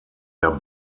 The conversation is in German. der